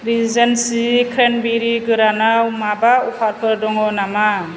regency cranberry गोरानआव माबा अफारफोर दङ नामा